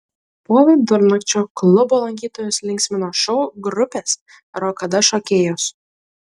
po vidurnakčio klubo lankytojus linksmino šou grupės rokada šokėjos